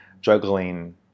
juggling